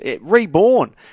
reborn